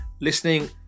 listening